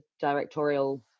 directorial